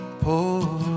poor